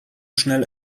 schnell